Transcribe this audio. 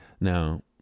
Now